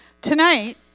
Tonight